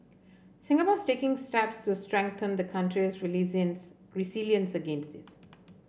Singapore's taking steps to strengthen the country's resilience against this